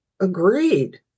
agreed